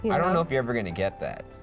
i don't know if you're ever gonna get that.